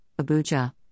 Abuja